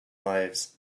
lives